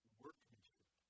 workmanship